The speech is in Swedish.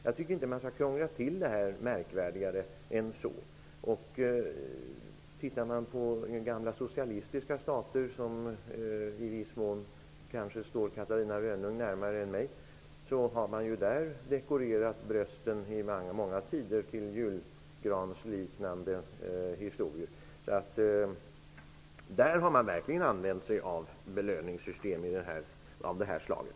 Jag tycker inte att man skall krångla till det här och göra det märkvärdigare än så. I gamla socialistiska stater -- som kanske i viss mån står Catarina Rönnung närmare än mig -- har man i långa tider dekorerat brösten till julgranslikande historier. Där har man verkligen använt sig av belöningssystem av det här slaget.